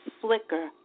flicker